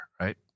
right